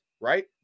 right